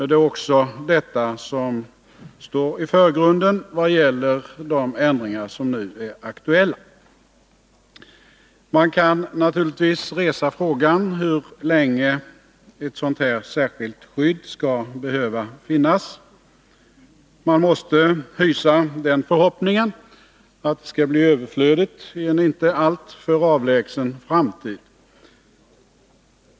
Det är också detta som står i förgrunden vad gäller de förändringar som nu är aktuella. Man kan naturligtvis resa frågan hur länge ett sådant här särskilt skydd skall behöva finnas. Man måste hysa den förhoppningen att det skall bli överflödigt i en inte alltför avlägsen framtid.